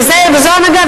וזו הנהגה,